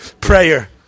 prayer